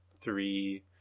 three